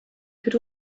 could